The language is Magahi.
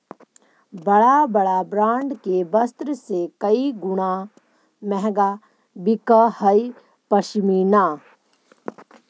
बड़ा बड़ा ब्राण्ड के वस्त्र से कई गुणा महँगा बिकऽ हई पशमीना